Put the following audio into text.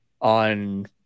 on